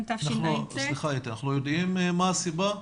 סליחה אתי, אנחנו יודעים מה הסיבה?